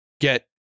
get